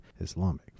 islamic